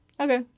okay